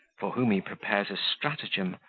for whom he prepares a stratagem,